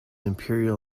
imperial